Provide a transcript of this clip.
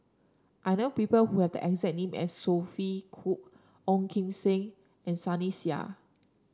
I know people who have the exact name as Sophia Cooke Ong Kim Seng and Sunny Sia